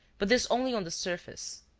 but this only on the surface.